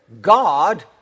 God